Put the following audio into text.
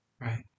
Right